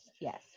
yes